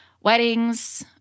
weddings